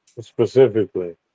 specifically